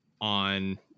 on